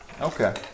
Okay